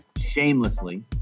shamelessly